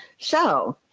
so,